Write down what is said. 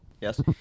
Yes